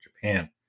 Japan